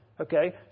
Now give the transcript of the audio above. okay